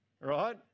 right